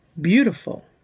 beautiful